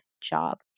job